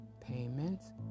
payments